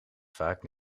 vaak